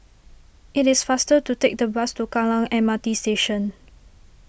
it is faster to take the bus to Kallang M R T Station